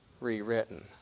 rewritten